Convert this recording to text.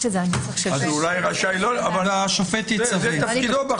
השופט יצווה.